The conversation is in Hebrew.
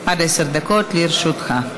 עד עשר דקות לרשותך.